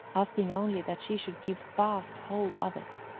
asking only that she should keep fast hold of it.